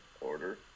order